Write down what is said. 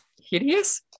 hideous